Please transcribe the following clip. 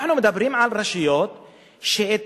אנחנו מדברים על רשויות שהמימון,